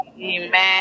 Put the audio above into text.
Amen